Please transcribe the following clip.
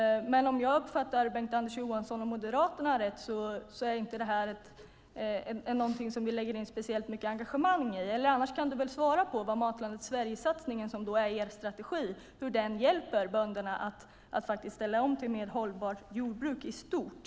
Om jag uppfattar Bengt-Anders Johansson, Moderaterna, rätt är inte det här någonting som ni lägger speciellt mycket engagemang i. Annars kan du väl svara på hur Matlandet Sverige-satsningen, som är er strategi, hjälper bönderna att faktiskt ställa om till ett mer hållbart jordbruk i stort.